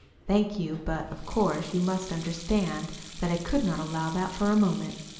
thank you but of course you must understand that i could not allow that for a moment.